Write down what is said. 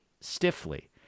stiffly